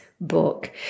book